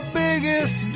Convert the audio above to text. biggest